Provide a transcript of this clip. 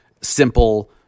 simple